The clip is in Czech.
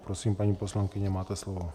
Prosím, paní poslankyně, máte slovo.